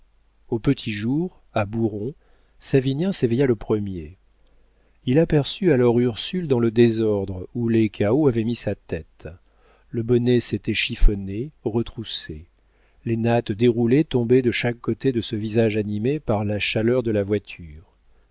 au petit jour à bouron savinien s'éveilla le premier il aperçut alors ursule dans le désordre où les cahots avaient mis sa tête le bonnet s'était chiffonné retroussé les nattes déroulées tombaient de chaque côté de ce visage animé par la chaleur de la voiture